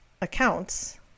accounts